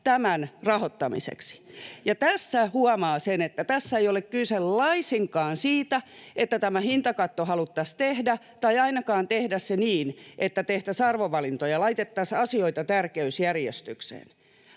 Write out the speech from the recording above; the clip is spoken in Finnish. Juuri näin!] Tässä huomaa sen, että ei ole kyse laisinkaan siitä, että tämä hintakatto haluttaisiin tehdä tai ainakaan tehdä se niin, että tehtäisiin arvovalintoja — laitettaisiin asioita tärkeysjärjestykseen